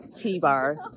T-bar